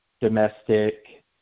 domestic